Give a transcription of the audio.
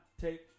take